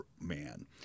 man